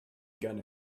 gun